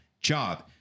job